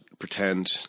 Pretend